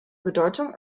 bedeutung